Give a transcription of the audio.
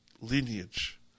lineage